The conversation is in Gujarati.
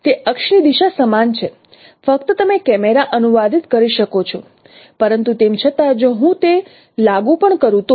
તે અક્ષની દિશા સમાન છે ફક્ત તમે કેમેરા અનુવાદિત કરી શકો છો પરંતુ તેમ છતાં જો હું તે લાગુ પણ કરું તો